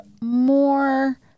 more